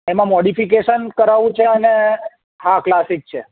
એમાં મોડિફિકેશન કરાવવું છે અને હા ક્લાસીક છે